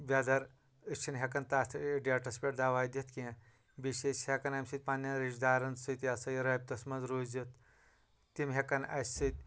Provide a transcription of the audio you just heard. وٮ۪دَر أسۍ چھِنہٕ ہٮ۪کان تَتھ ڈیٹَس پٮ۪ٹھ دوا دِتھ کیٚنٛہہ بیٚیہِ چھِ أسۍ ہٮ۪کان اَمہِ سۭتۍ پنٛنٮ۪ن رِشتہٕ دارَن سۭتۍ یہِ ہسا یہِ رٲبطس منٛز روٗزِتھ تِم ہٮ۪کَن اَسہِ سۭتۍ